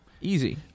Easy